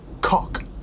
Cock